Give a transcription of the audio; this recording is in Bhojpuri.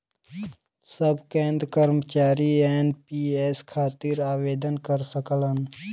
सब केंद्र कर्मचारी एन.पी.एस खातिर आवेदन कर सकलन